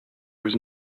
was